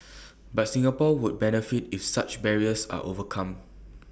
but Singapore would benefit if such barriers are overcome